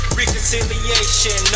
reconciliation